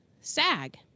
SAG